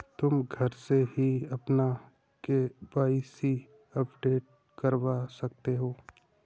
तुम घर से ही अपना के.वाई.सी अपडेट करवा सकते हो